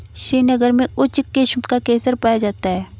श्रीनगर में उच्च किस्म का केसर पाया जाता है